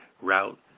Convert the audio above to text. route